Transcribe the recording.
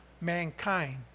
mankind